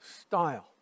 style